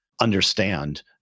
understand